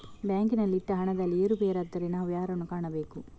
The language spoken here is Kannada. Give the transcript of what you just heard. ಬ್ಯಾಂಕಿನಲ್ಲಿ ಇಟ್ಟ ಹಣದಲ್ಲಿ ಏರುಪೇರಾದರೆ ನಾವು ಯಾರನ್ನು ಕಾಣಬೇಕು?